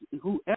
whoever